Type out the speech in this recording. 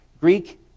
Greek